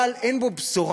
אבל אין בו בשורה.